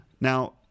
Now